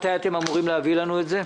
מתי אתם אמורים להביא לנו את זה?